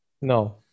no